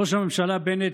ראש הממשלה בנט,